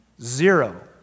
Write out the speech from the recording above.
Zero